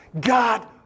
God